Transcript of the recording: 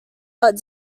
but